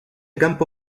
campo